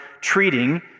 treating